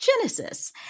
Genesis